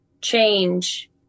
change